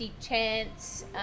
chance